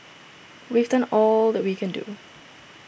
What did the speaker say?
we've done all that we can do